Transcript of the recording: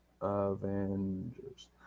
Avengers